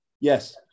Yes